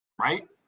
right